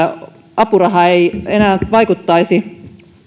apuraha ei enää vaikuttaisi